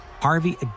harvey